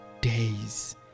days